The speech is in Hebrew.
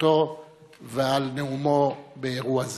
השתתפותו ועל נאומו באירוע זה.